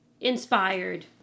inspired